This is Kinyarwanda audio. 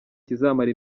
kizamara